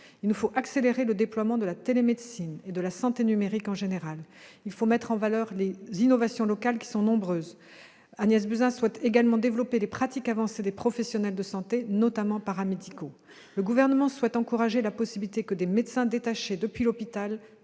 Il nous faut accélérer le déploiement de la télémédecine et de la santé numérique en général. Il faut aussi mettre en valeur les innovations locales, qui sont nombreuses. Agnès Buzyn souhaite également développer les pratiques avancées des professionnels de santé, notamment paramédicaux. Le Gouvernement souhaite encourager la possibilité que des médecins détachés depuis l'hôpital